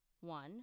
One